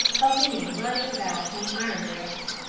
puffing and running about on iron rails.